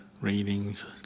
readings